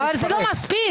זה לא מספיק.